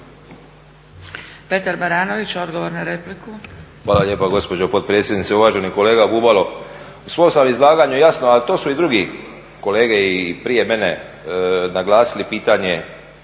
Petar Baranović, odgovor na repliku.